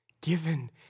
given